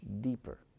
deeper